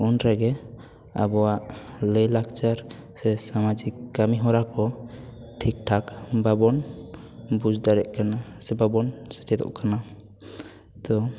ᱩᱱᱨᱮᱜᱮ ᱟᱵᱚᱭᱟᱜ ᱞᱟᱹᱭ ᱞᱟᱠᱪᱟᱨ ᱥᱮ ᱥᱟᱢᱟᱡᱤᱠ ᱠᱟᱹᱢᱤ ᱦᱚᱨᱟ ᱠᱚ ᱴᱷᱤᱠ ᱴᱷᱟᱠ ᱵᱟᱵᱚᱱ ᱵᱩᱡᱽ ᱫᱟᱲᱮᱜ ᱠᱟᱱᱟ ᱥᱮ ᱵᱟᱵᱚᱱ ᱥᱮᱪᱮᱫᱚᱜ ᱠᱟᱱᱟ ᱛᱚ